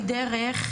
נכון.